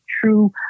true